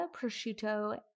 prosciutto